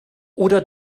oder